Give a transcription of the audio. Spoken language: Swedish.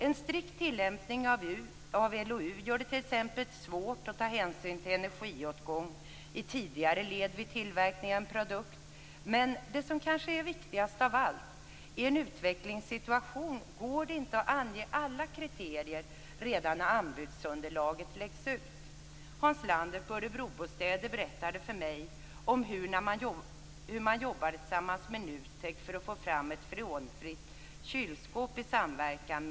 En strikt tilllämpning av LOU gör det t.ex. svårt att ta hänsyn till energiåtgång i tidigare led vid tillverkning av en produkt. Men det som kanske är viktigast av allt är att det i en utvecklingssituation inte går att ange alla kriterier redan när anbudsunderlaget läggs ut. På Örebrobostäder berättade man för mig om hur man tillsammans med NUTEK och i samverkan med en leverantör jobbar för att få fram ett freonfritt kylskåp.